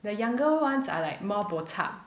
the younger ones are like more bo chup